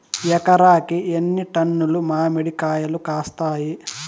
ఎకరాకి ఎన్ని టన్నులు మామిడి కాయలు కాస్తాయి?